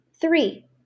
Three